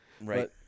Right